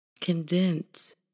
condense